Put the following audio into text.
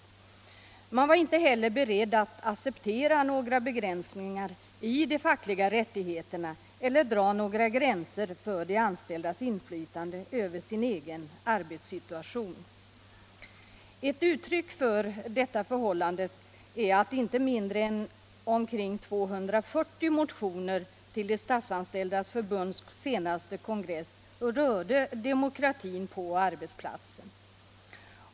De offentliganställda var inte heller beredda att acceptera några begränsningar i de fackliga rättigheterna eller att dra några gränser för de anställdas inflytande över sin egen arbetssituation. Ett uttryck för detta är det förhållandet att inte mindre än omkring 240 motioner till Statsanställdas förbunds senaste kongress handlade om demokratin på arbetsplatsen.